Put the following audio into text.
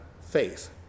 faith